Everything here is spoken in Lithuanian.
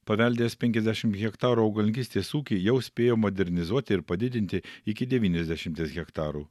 paveldėjęs penkiasdešim hektarų augalininkystės ūkį jau spėjo modernizuoti ir padidinti iki devyniasdešimties hektarų